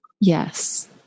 Yes